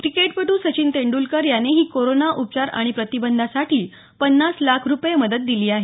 क्रिकेटपटू सचिन तेंडुलकर यानेही कोरोना उपचार आणि प्रतिबंधासाठी पन्नास लाख रुपये मदत दिली आहे